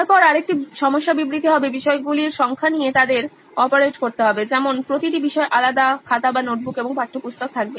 তারপর আরেকটি সমস্যা বিবৃতি হবে বিষয়গুলির সংখ্যা নিয়ে যা তাদের অপারেট করতে হবে যেমন প্রতিটি বিষয়ে আলাদা খাতা নোটবুক এবং পাঠ্যপুস্তক থাকবে